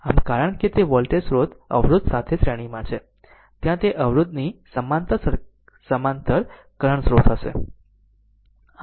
આમ કારણ કે તે વોલ્ટેજ સ્રોત અવરોધસાથે શ્રેણીમાં છે ત્યાં તે અવરોધની સમાંતર કરંટ સ્રોત હશે